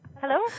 hello